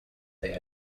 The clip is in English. they